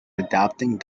adapting